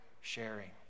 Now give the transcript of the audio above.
sharing